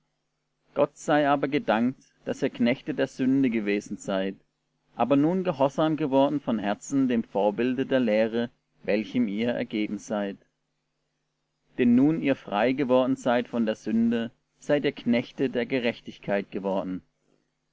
gott sei aber gedankt daß ihr knechte der sünde gewesen seid aber nun gehorsam geworden von herzen dem vorbilde der lehre welchem ihr ergeben seid denn nun ihr frei geworden seid von der sünde seid ihr knechte der gerechtigkeit geworden